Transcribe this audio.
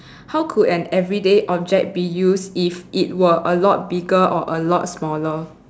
how could an everyday object be used if it were a lot bigger or a lot smaller